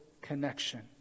connection